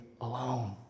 alone